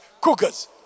Cougars